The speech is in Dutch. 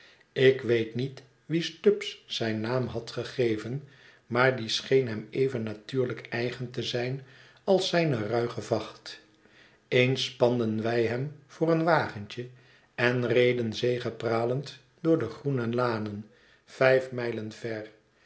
ik weet niet wie stubbs zijn naam had gegeven maar die scheen hem even natuurlijk eigen te zijn als zijne ruige vacht eens spanden wij hem voor een wagentje en reden zegepralend door de groene lanen vijf mijlen ver